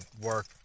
work